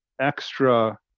extra